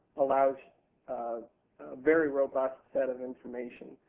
allows a very robust set of information.